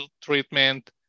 treatment